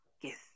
Yes